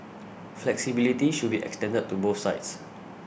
flexibility should be extended to both sides